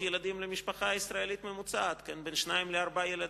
ילדים למשפחה ישראלית ממוצעת של שניים עד ארבעה ילדים,